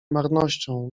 marnością